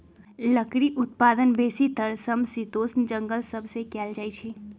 लकड़ी उत्पादन बेसीतर समशीतोष्ण जङगल सभ से कएल जाइ छइ